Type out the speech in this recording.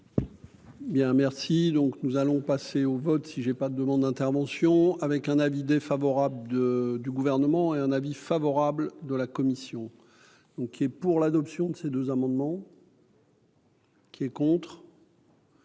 donc nous allons passer au vote, si j'ai pas de demande d'intervention avec un avis défavorable de, du gouvernement et un avis favorable de la commission, donc il est pour l'adoption de ces deux amendements. Qui est contre.